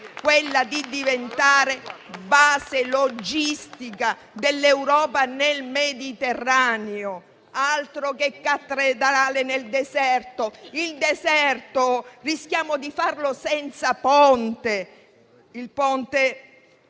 quella di diventare base logistica dell'Europa nel Mediterraneo. Altro che cattedrale nel deserto, il deserto rischiamo di farlo senza il Ponte.